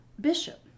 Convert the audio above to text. bishop